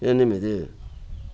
ఎనిమిది